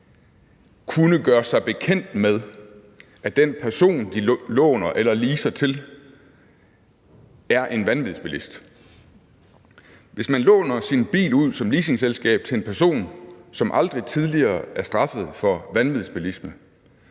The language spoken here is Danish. kunne gøre sig bekendt med, at den person, som de låner eller leaser til, er en vanvidsbilist. Hvis man som leasingselskab låner sin bil ud til en person, som aldrig tidligere er straffet for vanvidsbilisme,